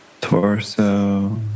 torso